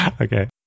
okay